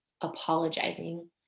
apologizing